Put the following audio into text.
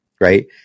Right